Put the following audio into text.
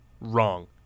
Wrong